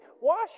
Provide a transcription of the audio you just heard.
wash